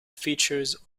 features